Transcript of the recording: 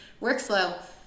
workflow